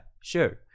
sure